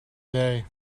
day